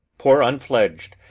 poor unfledg'd,